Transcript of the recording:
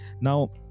Now